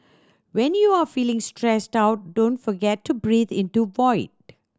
when you are feeling stressed out don't forget to breathe into void